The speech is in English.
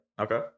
Okay